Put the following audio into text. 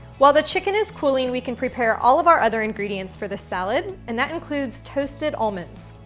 while the chicken is cooling, we can prepare all of our other ingredients for the salad, and that includes toasted almonds.